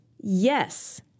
yes